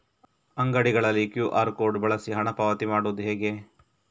ಅಂಗಡಿಗಳಲ್ಲಿ QR code ಬಳಸಿ ಹಣ ಪಾವತಿ ಮಾಡೋದು ಹೇಗೆ?